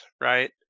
right